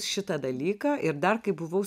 šitą dalyką ir dar kai buvau